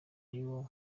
y’uwo